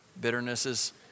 Bitternesses